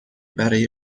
برای